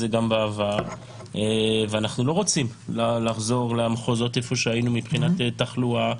בעבר ואנחנו לא רוצים לחזור לאיפה שהיינו מבחינת תחלואה.